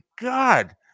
God